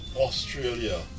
Australia